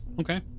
Okay